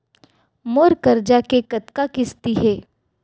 मोर करजा के कतका किस्ती हे?